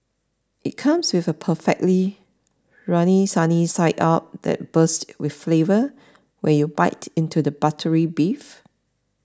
it comes with a perfectly runny sunny side up that bursts with flavour when you bite into the buttery beef